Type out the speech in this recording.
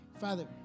father